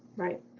right.